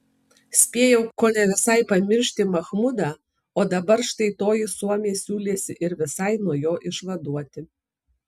spėjau kone visai pamiršti machmudą o dabar štai toji suomė siūlėsi ir visai nuo jo išvaduoti